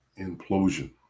implosion